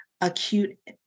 acute